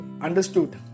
understood